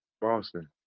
Boston